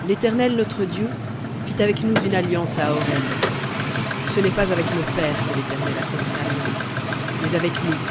l'éternel notre dieu fit avec nous une alliance à horeb ce n'est pas avec nos pères que l'éternel a fait cette alliance mais avec nous